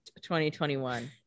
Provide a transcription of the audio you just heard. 2021